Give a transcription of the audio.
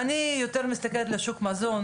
אני יותר מסתכלת לשוק המזון